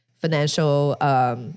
financial